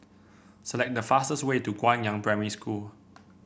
select the fastest way to Guangyang Primary School